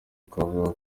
twavuga